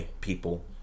people